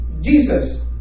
Jesus